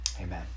Amen